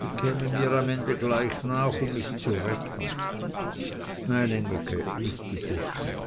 die käme mir am ende gleich nach um mich zu retten nein engelke nich die buschen